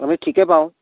আমি ঠিকেই পাওঁ